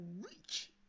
reach